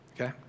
Okay